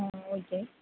ஆ okay